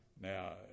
Now